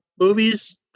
Movies